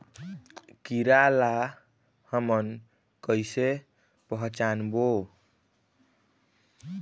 कीरा ला हमन कइसे पहचानबो?